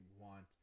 want